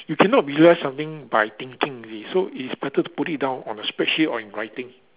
you cannot visualise something by thinking you see so it is better to put it down on a spreadsheet or in writing